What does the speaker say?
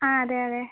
ആ അതെയതെ